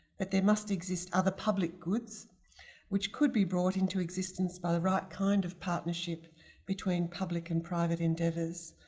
but they must exist other public goods which could be brought into existence by the right kind of partnership between public and private endeavours.